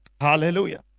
Hallelujah